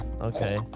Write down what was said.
okay